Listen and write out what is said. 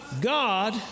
God